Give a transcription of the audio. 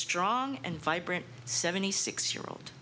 strong and vibrant seventy six year old